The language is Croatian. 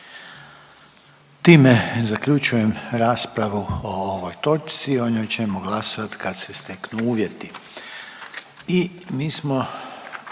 Time zaključujem raspravu o ovoj točci, o njoj ćemo glasat kad se steknu uvjeti.